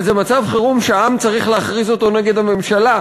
אבל זה מצב חירום שהעם צריך להכריז אותו נגד הממשלה,